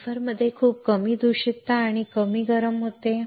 वेफरमध्ये खूप कमी दूषितता आणि कमी गरम होते